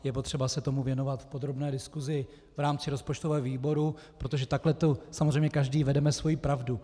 Je potřeba se tomu věnovat v podrobné diskusi v rámci rozpočtového výboru, protože takhle samozřejmě každý vedeme svoji pravdu.